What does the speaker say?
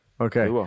Okay